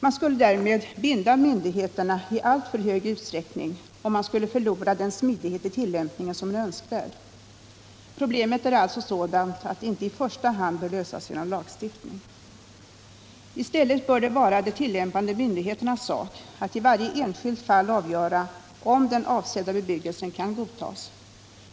Man skulle därmed binda myndigheterna i alltför stor utsträckning, och man skulle förlora den smidighet i tillämpningen som är önskvärd. Problemet är alltså sådant att det inte i första hand bör lösas genom lagstiftning. I stället bör det vara de tillämpande myndigheternas sak att i varje enskilt fall avgöra om den avsedda bebyggelsen kan godtas.